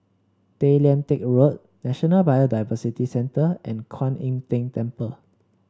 Tay Lian Teck Road National Biodiversity Centre and Kuan Im Tng Temple